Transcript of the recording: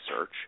search